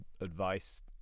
advice